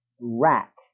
rack